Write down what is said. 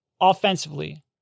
offensively